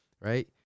Right